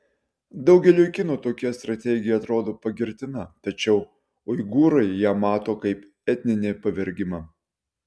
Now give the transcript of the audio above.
daugeliui kinų tokia strategija atrodo pagirtina tačiau uigūrai ją mato kaip etninį pavergimą